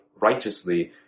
righteously